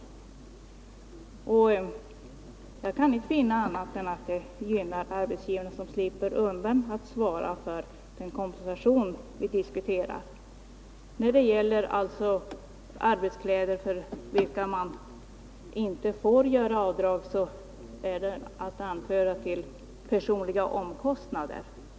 Jag kan inte finna annat än att det gynnar arbetsgivarna som slipper undan att svara för den kompensation som vi diskuterar. Arbetskläder för vilka man inte får göra avdrag är alltså att hänföra till personliga omkostnader.